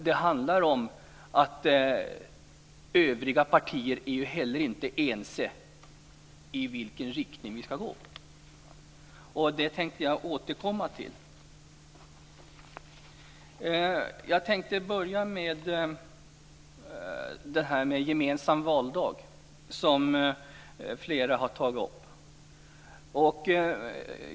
Det handlar om att övriga partier inte heller är överens om i vilken riktning som vi skall gå. Det tänkte jag återkomma till. Jag tänkte börja med att ta upp frågan om gemensam valdag, vilken flera talare har tagit upp.